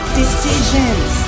decisions